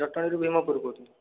ଜଟଣୀରୁ ଭୀମପୁରରୁ କହୁଥିଲି